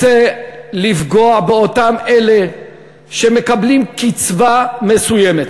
אני אגיד לך משהו: אתה רוצה לפגוע באותם אלה שמקבלים קצבה מסוימת.